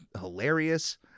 hilarious